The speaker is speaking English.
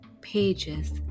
pages